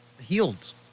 healed